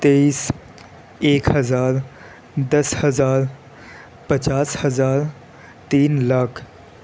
تیئیس ایک ہزار دس ہزار پچاس ہزار تین لاکھ